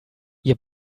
ihr